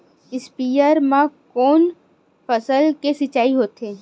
स्पीयर म कोन फसल के सिंचाई होथे?